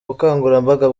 bukangurambaga